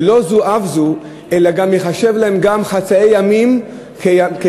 ולא זו בלבד אלא ייחשבו להם גם חצאי ימים כחופשה,